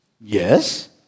Yes